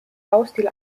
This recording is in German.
baustil